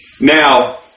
Now